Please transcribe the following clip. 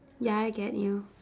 ya I get you